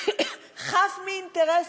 חף מאינטרסים,